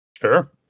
Sure